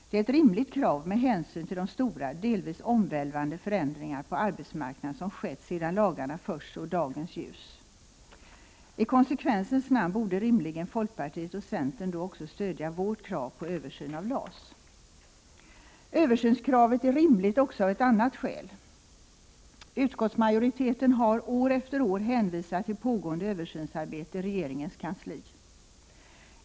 Det är ett rimligt krav med hänsyn till de stora, delvis omvälvande förändringar på arbetsmarknaden som skett sedan lagarna först såg dagens ljus. I konsekvensens namn borde rimligen folkpartiet och centern då också 53 stödja vårt krav på översyn av LAS. Översynskravet är rimligt också av ett annat skäl. Utskottsmajoriteten har år efter år hänvisat till pågående översynsarbete i regeringens kansli.